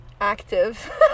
active